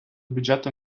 бюджету